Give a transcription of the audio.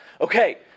okay